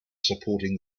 supporting